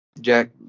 Jack